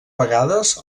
vegades